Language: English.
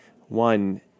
one